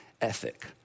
ethic